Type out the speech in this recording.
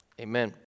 Amen